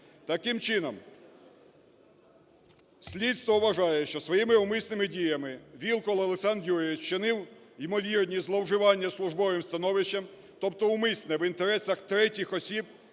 Таким чином слідство вважає, що своїми умисними діями Вілкул Олександр Юрійович вчинив імовірні зловживання службовим становищем, тобто умисне в інтересах третіх осіб